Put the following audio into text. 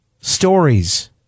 stories